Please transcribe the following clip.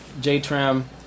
J-Tram